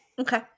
Okay